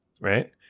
right